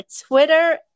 Twitter